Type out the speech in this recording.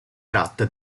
tratta